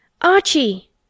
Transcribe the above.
Archie